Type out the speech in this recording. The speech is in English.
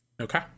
Okay